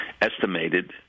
estimated